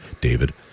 david